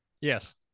Yes